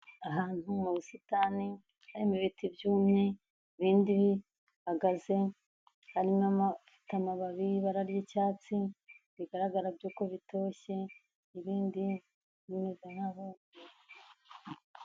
Ahantu mu busitani, hari ibiti byumye ibindi bihagaze, harimo ibifite amababi y'ibara ry'icyatsi, bigaragara byo ko bitoshye ibindi bimeze nk'aho byumye.